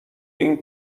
این